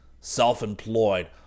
Self-employed